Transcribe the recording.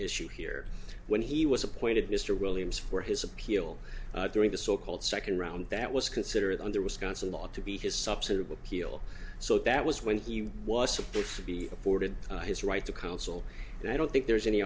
issue here when he was appointed mr williams for his appeal during the so called second round that was considered under wisconsin law to be his subset of appeal so that was when he was if be afforded his right to counsel and i don't think there's any